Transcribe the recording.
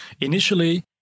initially